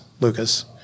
Lucas